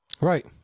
right